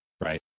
right